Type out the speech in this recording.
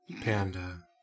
Panda